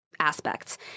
aspects